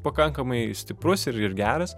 pakankamai stiprus ir ir geras